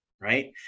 Right